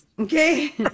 Okay